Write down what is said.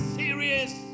serious